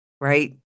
right